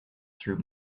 through